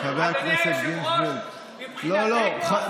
מבחינתנו החוק יעבור.